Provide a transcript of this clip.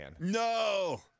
No